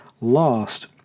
lost